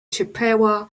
chippewa